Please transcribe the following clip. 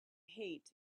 hate